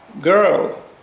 girl